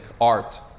art